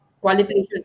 qualification